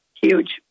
Huge